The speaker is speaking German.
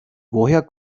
woher